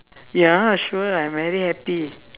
ya sure I'm very happy